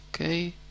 Okay